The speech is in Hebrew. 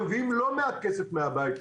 מביאים לא מעט כסף מהבית.